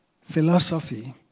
philosophy